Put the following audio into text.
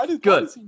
good